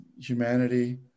humanity